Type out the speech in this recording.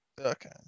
Okay